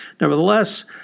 nevertheless